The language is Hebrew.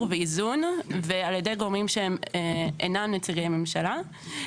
ואיזון ועל ידי גומרים שאינם נציגי ממשלה.